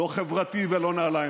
לא חברתי ולא נעליים.